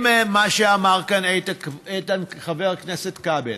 מה שאמר כאן חבר הכנסת כבל,